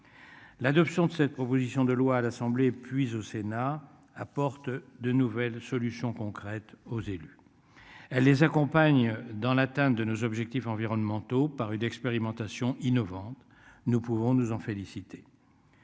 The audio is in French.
L'adoption de cette proposition de loi à l'Assemblée puis au Sénat apporte de nouvelles solutions concrètes aux élus. Elle les accompagne dans l'atteinte de nos objectifs environnementaux par une expérimentation innovante. Nous pouvons nous en féliciter.